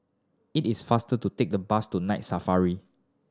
it is faster to take the bus to Night Safari